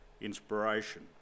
inspiration